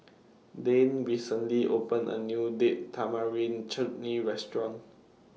Dayne recently opened A New Date Tamarind Chutney Restaurant